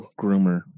groomer